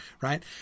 right